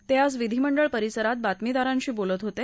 ते आज विधीमंडळ परिसरात बातमीदारांशी बोलत होते